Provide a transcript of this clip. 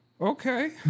okay